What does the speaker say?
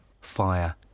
fire